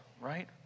right